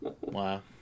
Wow